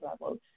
level